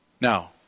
Now